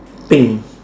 pink